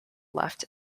left